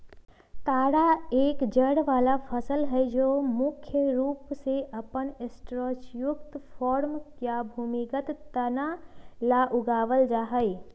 तारा एक जड़ वाला फसल हई जो मुख्य रूप से अपन स्टार्चयुक्त कॉर्म या भूमिगत तना ला उगावल जाहई